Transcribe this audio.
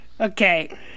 Okay